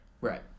Right